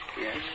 Yes